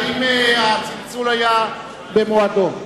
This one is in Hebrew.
האם הצלצול היה במועדו?